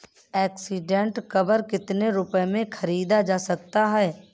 Accident cover कितने रुपए में खरीदा जा सकता है?